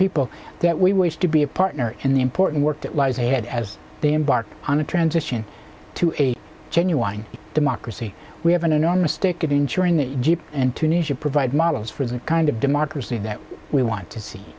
people that we wish to be a partner in the important work that lies ahead as they embark on a transition to a genuine democracy we have an enormous stake of ensuring that jeep and tunisia provide models for the kind of democracy that we want to see